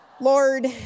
Lord